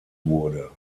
wurde